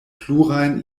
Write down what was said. plurajn